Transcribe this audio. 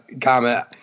comment